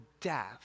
death